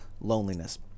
loneliness